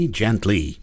gently